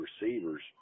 receivers